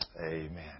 amen